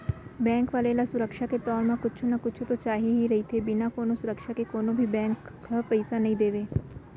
bank वाले ल सुरक्छा के तौर म कुछु न कुछु तो चाही ही रहिथे, बिना कोनो सुरक्छा के कोनो भी बेंक ह पइसा नइ देवय